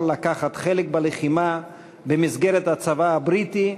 לקחת חלק בלחימה במסגרת הצבא הבריטי,